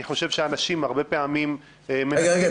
אני חושב שאנשים הרבה פעמים --- רגע, רגע.